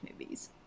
movies